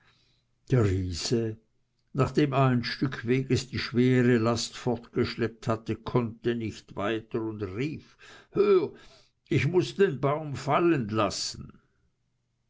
der riese nachdem er ein stück wegs die schwere last fortgeschleppt hatte konnte nicht weiter und rief hör ich muß den baum fallen lassen